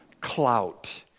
clout